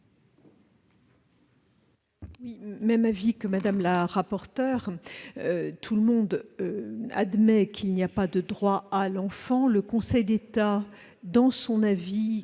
partage l'avis de Mme la rapporteure. Tout le monde admet qu'il n'y a pas de droit à l'enfant. Le Conseil d'État, dans l'avis